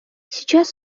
сейчас